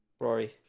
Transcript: rory